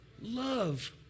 Love